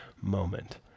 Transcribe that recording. moment